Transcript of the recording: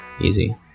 Easy